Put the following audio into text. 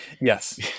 yes